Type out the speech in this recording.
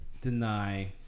deny